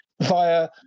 via